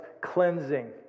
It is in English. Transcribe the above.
cleansing